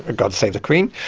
ah god save the queen,